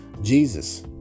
Jesus